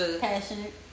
passionate